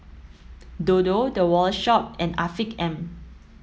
Dodo The Wallet Shop and Afiq M